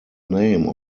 name